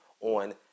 on